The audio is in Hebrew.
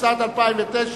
התשס"ט 2009,